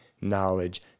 knowledge